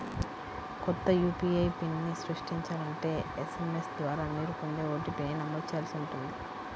కొత్త యూ.పీ.ఐ పిన్ని సృష్టించాలంటే ఎస్.ఎం.ఎస్ ద్వారా మీరు పొందే ఓ.టీ.పీ ని నమోదు చేయాల్సి ఉంటుంది